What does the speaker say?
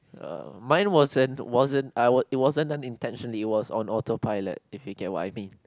uh mine wasn't wasn't I it wasn't done intentionally was on autopilot if you get what I mean